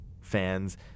fans